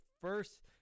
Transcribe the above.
first